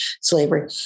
slavery